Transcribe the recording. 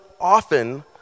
often